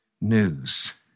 news